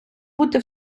бути